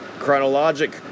Chronologic